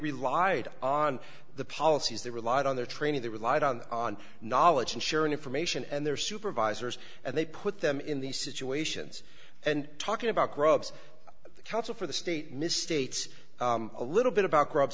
relied on the policies they relied on their training they relied on on knowledge and sharing information and their supervisors and they put them in these situations and talking about grubs the counsel for the state misstates a little bit about crabs